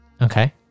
okay